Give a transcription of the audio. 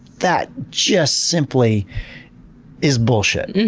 that just simply is bullshit.